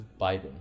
biden